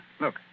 Look